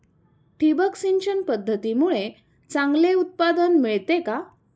ठिबक सिंचन पद्धतीमुळे चांगले उत्पादन मिळते का?